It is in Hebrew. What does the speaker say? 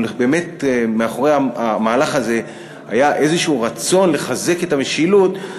אם באמת מאחורי המהלך הזה היה איזשהו רצון לחזק את המשילות,